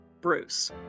Bruce